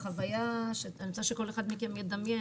החוויה שאני רוצה שכל אחד מכם ידמיין